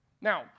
Now